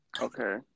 Okay